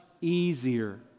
easier